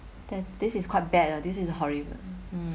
then this is quite bad lah this is horrible mm